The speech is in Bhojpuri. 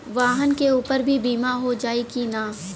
वाहन के ऊपर भी बीमा हो जाई की ना?